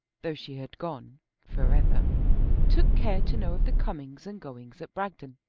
though she had gone for ever took care to know of the comings and goings at bragton.